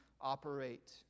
operate